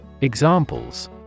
Examples